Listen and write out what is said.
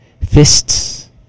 fists